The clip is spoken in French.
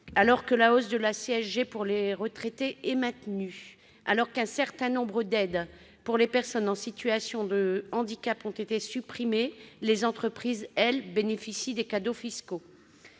alors que la hausse de la CSG pour les retraités est maintenue, alors qu'un certain nombre d'aides pour les personnes en situation de handicap ont été supprimées, les entreprises, elles, bénéficient de cadeaux fiscaux.